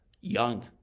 young